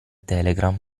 telegram